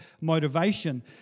motivation